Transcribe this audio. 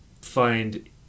find